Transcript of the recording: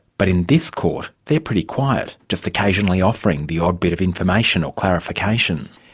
but in this court they're pretty quiet, just occasionally offering the odd bit of information or clarification.